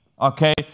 okay